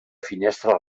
finestra